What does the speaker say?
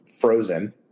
frozen